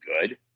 good